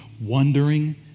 wondering